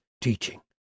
teaching